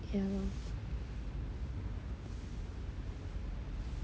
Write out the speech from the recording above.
ya lor